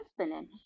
husband